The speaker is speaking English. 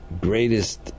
greatest